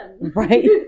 Right